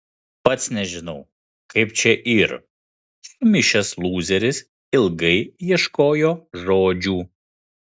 pats nežinau kaip čia yr sumišęs lūzeris ilgai ieškojo žodžių